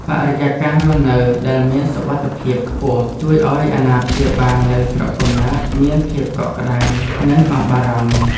បរិយាកាសរស់នៅដែលមានសុវត្ថិភាពខ្ពស់ជួយឱ្យអាណាព្យាបាលនៅស្រុកកំណើតមានភាពកក់ក្តៅនិងអស់បារម្ភ។